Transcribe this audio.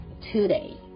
today